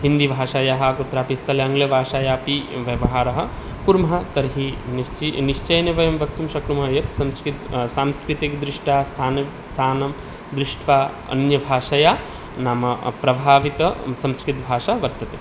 हिन्दीभाषायाः कुत्रापि स्थल आङ्ग्लभाषयापि व्यवहारं कुर्मः तर्हि निश्चि निश्चयेन वयं वक्तुं शक्नुमः यत् संस्कृत सांस्कृतिकदृष्ट्या स्थानं स्थानं दृष्ट्वा अन्यभाषया नाम प्रभाविता संस्कृतभाषा वर्तते